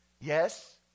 Yes